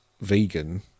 vegan